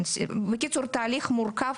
בקיצור, זה תהליך מורכב.